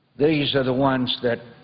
these are the ones that